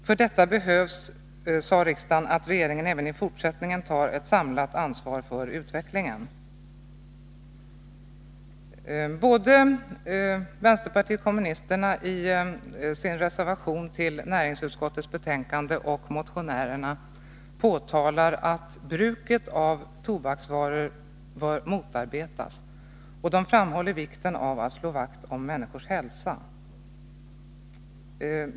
För detta behövs, sade riksdagen, att regeringen även i fortsättningen tar ett samlat ansvar för utvecklingen. Både vänsterpartiet kommunisterna i sin reservation till näringsutskottets betänkande och motionärerna påtalar att bruket av tobaksvaror bör motarbetas, och de framhåller vikten av att slå vakt om människors hälsa.